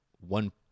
one